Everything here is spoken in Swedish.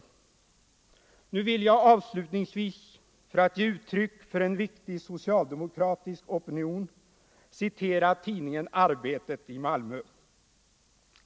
För att ge uttryck för en viktig socialdemokratisk opinion vill jag av slutningsvis citera tidningen Arbetet i Malmö.